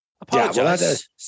Apologize